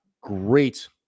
great